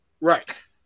Right